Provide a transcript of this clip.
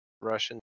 Russian